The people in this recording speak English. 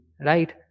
right